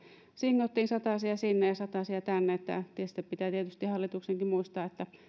singottiin satasia sinne ja satasia tänne tietysti pitää hallituksenkin muistaa että